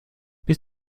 bis